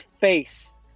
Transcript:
face